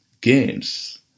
games